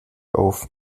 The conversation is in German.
auf